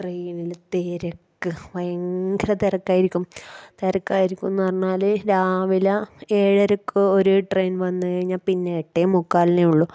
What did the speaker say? ട്രെയിനിൽ തിരക്ക് ഭയങ്കര തിരക്കായിരിക്കും തിരക്കായിരിക്കും എന്ന് പറഞ്ഞാല് രാവില ഏഴരക്കൊരു ട്രെയിൻ വന്ന് കഴിഞ്ഞാൽ പിന്നെ എട്ടേ മുക്കാലിനേ ഉള്ളൂ